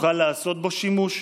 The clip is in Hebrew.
תוכל לעשות בו שימוש.